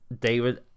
David